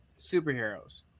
superheroes